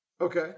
Okay